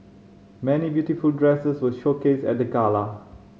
many beautiful dresses were showcased at the gala